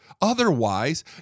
Otherwise